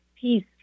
peace